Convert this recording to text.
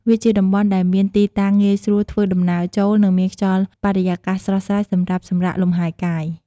វាជាតំបន់ដែលមានទីតាំងងាយស្រួលធ្វើដំណើរចូល និងមានខ្យល់បរិយាកាសស្រស់ស្រាយសម្រាប់សម្រាកលំហែកាយ។